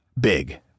big